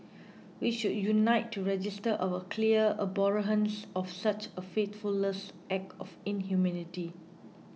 we should unite to register our clear abhorrence of such a faithless act of inhumanity